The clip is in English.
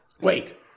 Wait